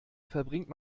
verbringt